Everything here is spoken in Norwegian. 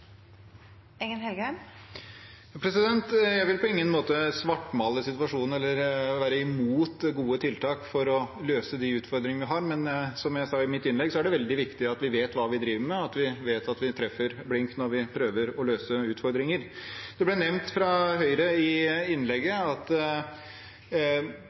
Jeg vil på ingen måte svartmale situasjonen eller være imot gode tiltak for å løse de utfordringene vi har. Men som jeg sa i mitt innlegg, er det veldig viktig at vi vet hva vi driver med, at vi vet at vi treffer blink når vi prøver å løse utfordringer. Det ble nevnt fra Høyre i